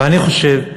ואני חושב,